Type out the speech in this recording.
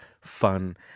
fun